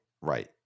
right